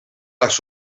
las